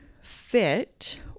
fit